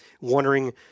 wondering